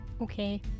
Okay